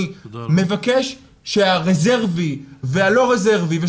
אני מבקש שהרזרבי והלא רזרבי,